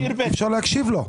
אי-אפשר להקשיב לו.